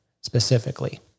specifically